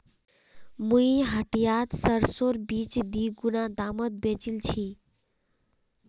मुई हटियात सरसोर बीज दीगुना दामत बेचील छि